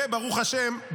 וברוך השם,